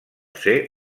ser